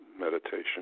meditation